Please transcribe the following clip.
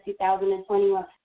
2021